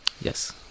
Yes